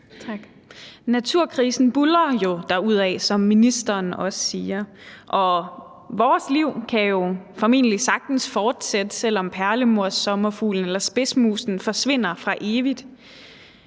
Naturkrisen buldrer jo derudad, som ministeren også siger, og vores liv kan jo formentlig sagtens fortsætte, selv om perlemorssommerfuglen eller spidsmusen forsvinder for evigt,